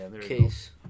case